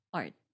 art